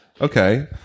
Okay